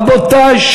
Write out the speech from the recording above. רבותי,